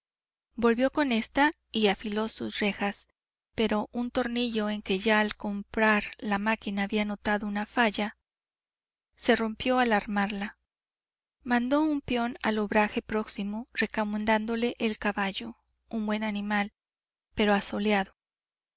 volvió con ésta y afiló sus rejas pero un tornillo en que ya al comprar la máquina había notado una falla se rompió al armarla mandó un peón al obraje próximo recomendándole el caballo un buen animal pero asoleado